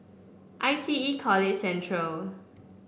I T E College Central